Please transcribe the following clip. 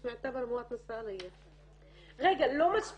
בשבוע שעבר היה מקרה ש- -- אסמהאן,